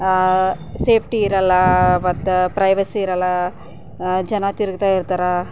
safety ಇರಲ್ಲ ಮತ್ತು privacy ಇರಲ್ಲ ಜನ ತಿರುಗ್ತಾಯಿರ್ತಾರಾ